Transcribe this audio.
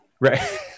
right